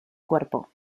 cuerpo